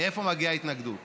איך זה יכול להיות שלא ברור לך?